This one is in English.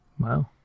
Wow